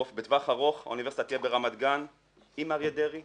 בטווח הארוך האוניברסיטה תהיה ברמת גן עם אריה דרעי,